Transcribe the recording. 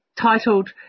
titled